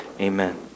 Amen